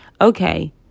okay